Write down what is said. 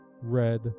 red